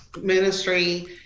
ministry